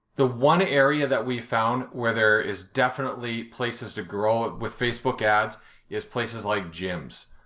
the one area that we've found where there is definitely places to grow with facebook ads is places like gyms,